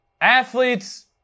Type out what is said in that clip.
Athletes